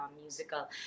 musical